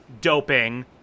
doping